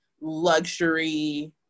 luxury